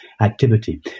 activity